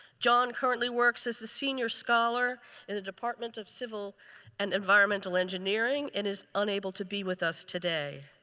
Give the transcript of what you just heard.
john currently works as the senior scholar in the department of civil and environmental engineering and is unable to be with us today.